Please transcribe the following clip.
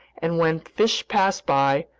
and when fish pass by,